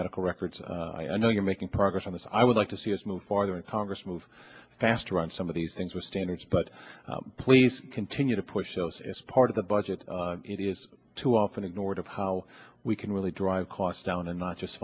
medical records i know you're making progress on this i would like to see us move farther and congress move faster on some of these things were standards but please continue to push us as part of the budget it is too often ignored of how we can really drive costs down and not just